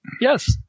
Yes